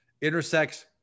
intersects